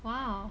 !wow!